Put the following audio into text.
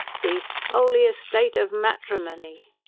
the oly estate of materimony!